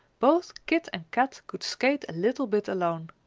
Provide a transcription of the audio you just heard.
both kit and kat could skate a little bit alone.